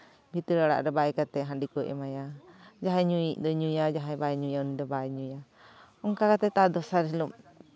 ᱵᱷᱤᱛᱤᱨ ᱚᱲᱟᱜ ᱨᱮ ᱵᱟᱭ ᱠᱟᱛᱮᱫ ᱦᱟᱺᱰᱤ ᱠᱚ ᱮᱢᱟᱭᱟ ᱡᱟᱦᱟᱸᱭ ᱧᱩᱭᱤᱡ ᱫᱚ ᱧᱩᱭᱟᱭ ᱡᱟᱦᱟᱸᱭ ᱵᱟᱝ ᱧᱩᱭᱤᱡ ᱫᱚ ᱵᱟᱭ ᱧᱩᱭᱟ ᱚᱱᱠᱟ ᱠᱟᱛᱮᱫ ᱛᱟᱨ ᱫᱚᱥᱟᱨ ᱦᱤᱞᱳᱜ